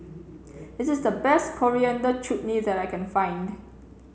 this is the best Coriander Chutney that I can find